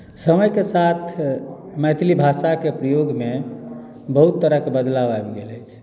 समयके साथ मैथिली भाषाके प्रयोगमे बहुत तरहके बदलाव आबि गेल अछि